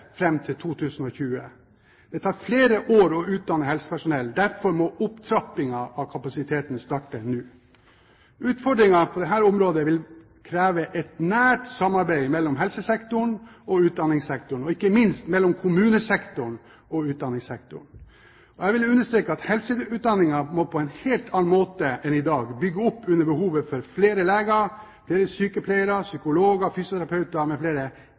fram til 2020. Det tar flere år å utdanne helsepersonell. Derfor må opptrappingen av kapasiteten starte nå. Utfordringen på dette området vil kreve et nært samarbeid mellom helsesektoren og utdanningssektoren, og ikke minst mellom kommunesektoren og utdanningssektoren. Jeg vil understreke at helseutdanningen på en helt annen måte enn i dag må bygge opp under behovet for flere leger, sykepleiere, psykologer, fysioterapeuter m.fl. i